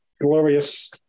glorious